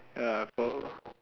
ya four